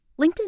linkedin